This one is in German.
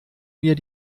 mir